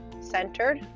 centered